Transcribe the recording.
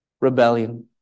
rebellion